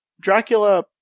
Dracula